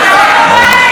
שר של